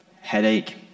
Headache